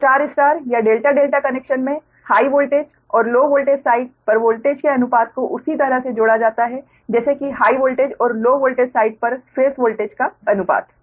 तो star star या delta delta connection में हाइ वोल्टेज और लो वोल्टेज साइड पर वोल्टेज के अनुपात को उसी तरह से जोड़ा जाता है जैसे कि हाइ वोल्टेज और लो वोल्टेज साइड पर फेस वोल्टेज का अनुपात